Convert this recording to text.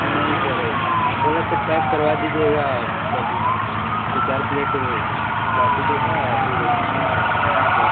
नहीं सर वह बोला था पैक करवा दीजिएगा मतलब जब दो चार प्लेट बाट्टी चोखा आ फ़िर टाक दोय